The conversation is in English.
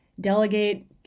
delegate